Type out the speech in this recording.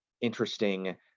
interesting